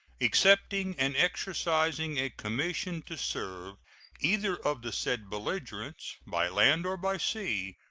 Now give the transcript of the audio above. accepting and exercising a commission to serve either of the said belligerents, by land or by sea,